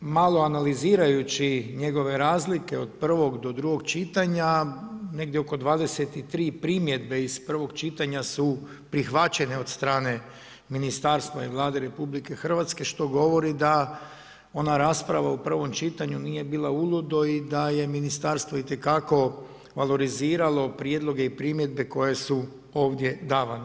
Malo analizirajući njegove razlike od prvog do drugog čitanja, negdje oko 23 primjedbe iz prvog čitanja su prihvaćene od strane ministarstva i Vlade RH, što govori da ona rasprava u prvom čitanju nije bila uludo i da je ministarstvo itekako valoriziralo prijedloge i primjedbe koje su ovdje davane.